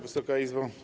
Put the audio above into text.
Wysoka Izbo!